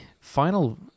final